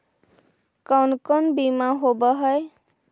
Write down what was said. कोन कोन बिमा होवय है?